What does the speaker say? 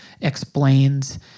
explains